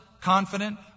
confident